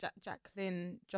Jacqueline